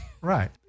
right